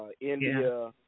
India